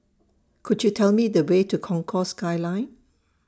Could YOU Tell Me The Way to Concourse Skyline